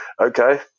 Okay